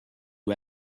who